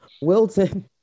Wilton